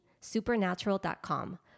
supernatural.com